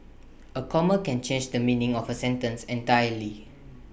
A comma can change the meaning of A sentence entirely